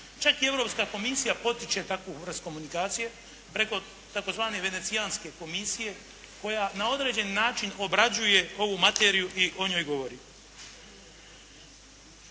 Čak i Europska Komisija potiče takvu vrst komunikacije preko tzv. Venecijanske komisije koja na određeni način obrađuje ovu materiju i o njoj govori.